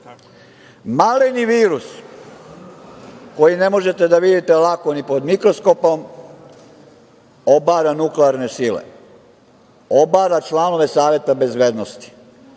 Maleni virus, koji ne možete da vidite ni pod mikroskopom obara nuklearne sile, obara članove saveta bezbednosti,